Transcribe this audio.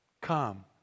Come